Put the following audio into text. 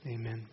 Amen